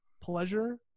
pleasure